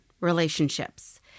relationships